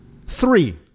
Three